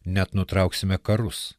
net nutrauksime karus